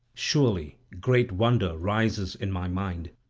surely great wonder rises in my mind,